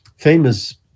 famous